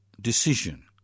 decision